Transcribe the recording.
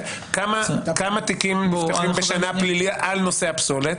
כמה תיקים פליליים בשנה יש על נושא הפסולת?